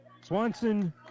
Swanson